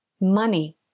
money